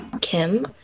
Kim